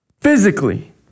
physically